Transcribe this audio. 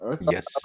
Yes